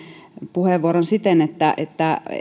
puheenvuoron siten että että